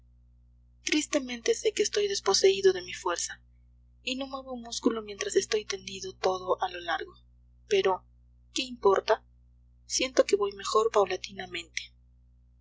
tristemente sé que estoy desposeído de mi fuerza y no muevo un músculo mientras estoy tendido todo a lo largo pero qué importa siento que voy mejor paulatinamente